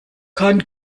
kann